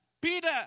Peter